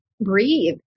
breathe